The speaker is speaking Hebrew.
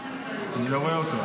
אני לא רואה אותו.